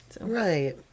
Right